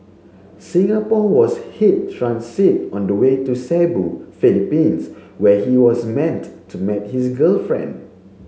Singapore was his transit on the way to Cebu Philippines where he was meant to meet his girlfriend